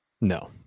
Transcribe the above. No